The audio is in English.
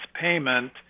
payment